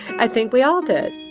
i think we all did